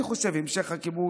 אני חושב שהמשך הכיבוש,